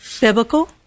biblical